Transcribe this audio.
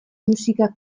musika